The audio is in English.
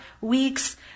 weeks